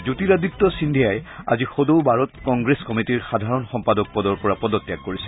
জ্যোতিৰাদিত্য সিদ্ধিয়াই আজি সদৌ ভাৰত কংগ্ৰেছ কমিটীৰ সাধাৰণ সম্পাদক পদৰ পৰা পদত্যাগ কৰিছে